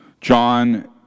John